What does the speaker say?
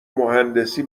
مهندسی